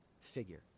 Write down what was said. figure